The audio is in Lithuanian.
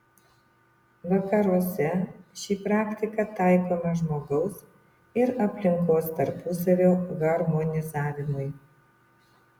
vakaruose ši praktika taikoma žmogaus ir aplinkos tarpusavio harmonizavimui